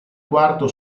quarto